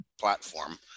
platform